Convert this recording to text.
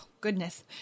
goodness